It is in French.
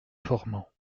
formans